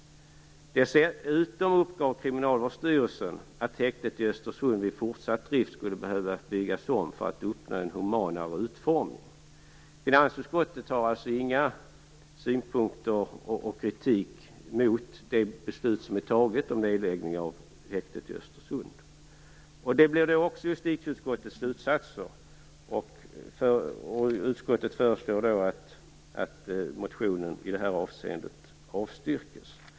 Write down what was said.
Dessutom uppgav Kriminalvårdsstyrelsen att häktet i Östersund vid fortsatt drift skulle behöva byggas om för att få en humanare utformning. Finansutskottet har alltså ingen kritik mot det beslut som fattats om nedläggning av häktet i Östersund. Detta blir också justitieutskottets slutsats, och utskottet föreslår att motionen i det här avseendet avstyrks.